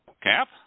Cap